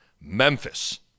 Memphis